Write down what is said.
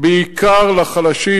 בעיקר לחלשים.